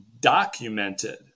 documented